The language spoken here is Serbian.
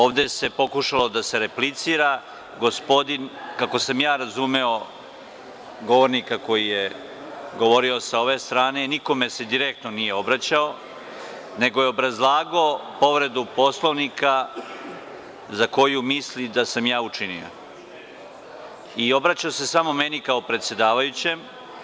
Ovde se pokušalo da se replicira, gospodin, kako sam ja razumeo govornika koji je govorio sa ove strane nikome se direktno nije obraćao, nego je obrazlagao povredu Poslovnika za koju misli da sam ja učinio i obraćao se samo meni kao predsedavajućem.